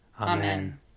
Amen